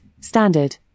standard